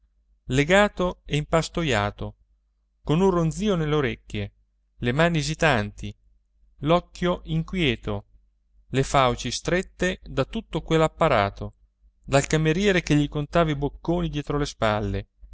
legato e impastoiato con un ronzìo nelle orecchie le mani esitanti l'occhio inquieto le fauci strette da tutto quell'apparato dal cameriere che gli contava i bocconi dietro le spalle